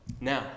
Now